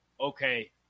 okay